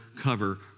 cover